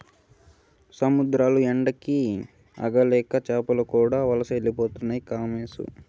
సముద్రాల ఏడికి ఆగలేక చేపలు కూడా వలసపోతుండాయి కామోసు